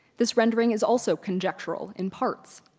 this rendering is also conjectural in parts.